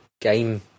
game